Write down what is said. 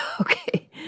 okay